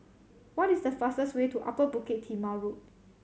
what is the fastest way to Upper Bukit Timah Road